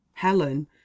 Helen